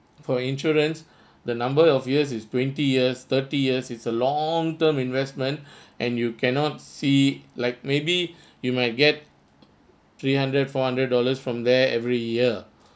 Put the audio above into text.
for insurance the number of years is twenty years thirty years is a long term investment and you cannot see like maybe you might get three hundred four hundred dollars from there every year